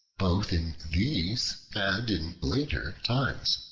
both in these and in later times.